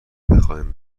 بخواین